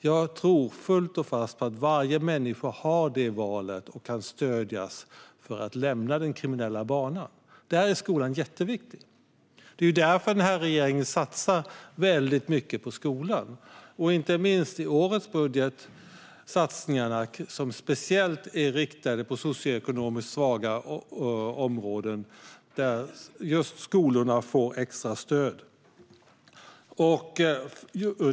Jag tror fullt och fast att varje människa har det valet och kan stödjas för att lämna den kriminella banan. Där är skolan viktig. Det är därför den här regeringen satsar så mycket på skolan. Inte minst i årets budget görs satsningar som speciellt är riktade mot socioekonomiskt svaga områden, där just skolorna får extra stöd.